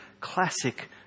classic